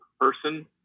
person